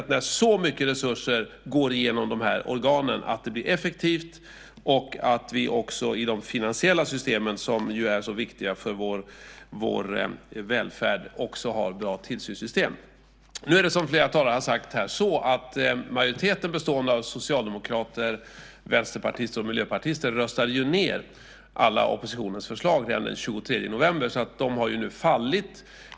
När så mycket resurser går igenom dessa organ är det väldigt viktigt att det blir effektivt och att vi också i de finansiella systemen som är så viktiga för vår välfärd också har bra tillsynssystem. Som flera talare har sagt här röstade majoriteten bestående av socialdemokrater, vänsterpartister och miljöpartister ned alla oppositionens förslag den 23 november. De har nu fallit.